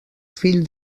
fill